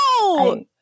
No